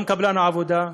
גם קבלן העבודה,